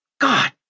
God